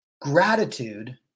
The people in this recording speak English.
Gratitude